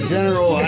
General